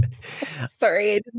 Sorry